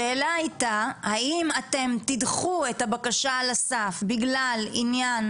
השאלה הייתה האם אתם תדחו את הבקשה על הסף בגלל עניין